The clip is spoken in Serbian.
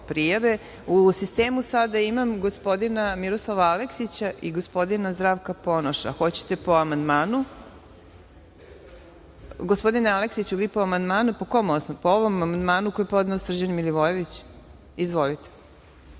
sistemu sada imam gospodina Miroslava Aleksića i gospodina Zdravka Ponoša. Hoćete li po amandmanu? Gospodine Aleksiću, hoćete po amandmanu? Po kom osnovu? Po ovom amandmanu koji je podneo Srđan Milivojević? Izvolite.